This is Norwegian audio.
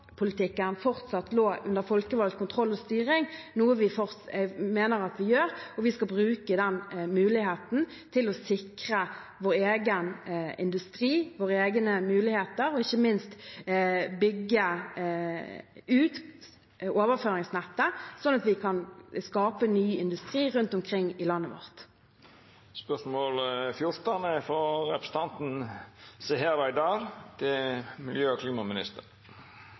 fortsatt lå under folkevalgt kontroll og styring, noe vi mener at den gjør. Vi skal bruke den muligheten til å sikre vår egen industri og våre egne muligheter og ikke minst bygge ut overføringsnettet sånn at vi kan skape ny industri rundt omkring i landet